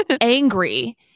angry